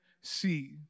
see